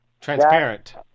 Transparent